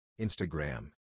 Instagram